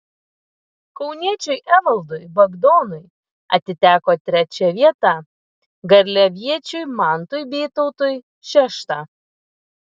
kauniečiui evaldui bagdonui atiteko trečia vieta garliaviečiui mantui bytautui šešta